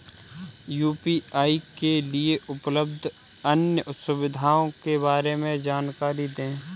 UPI के लिए उपलब्ध अन्य सुविधाओं के बारे में जानकारी दें?